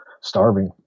starving